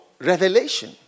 revelation